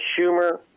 Schumer